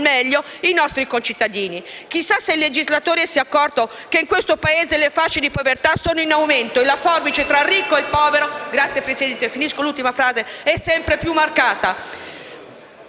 meglio i nostri concittadini. Chissà se il legislatore sì è accorto che in questo Paese le fasce di povertà sono in aumento e la forbice tra il ricco e il povero è sempre più marcata!